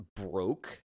broke—